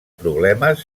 problemes